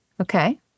Okay